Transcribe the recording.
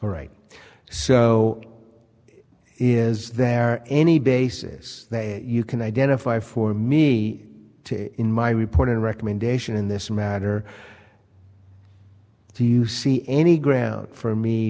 right so is there any basis you can identify for me to in my reporting recommendation in this matter do you see any grounds for me